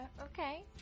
Okay